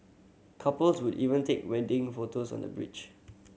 couples would even take wedding photos on the bridge